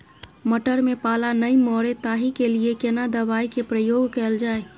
मटर में पाला नैय मरे ताहि के लिए केना दवाई के प्रयोग कैल जाए?